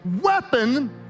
weapon